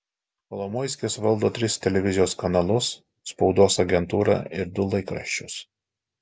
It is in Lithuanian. kolomoiskis valdo tris televizijos kanalus spaudos agentūrą ir du laikraščius